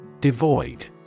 Devoid